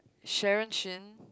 Sharon-Shin